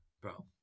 Bro